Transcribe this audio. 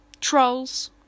Trolls